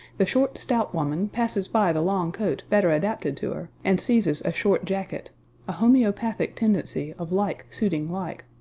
the short, stout woman passes by the long coat better adapted to her and seizes a short jacket a homeopathic tendency of like suiting like,